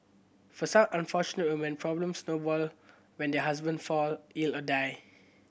for some unfortunate women problems snowball when their husband fall ill or die